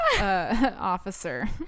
officer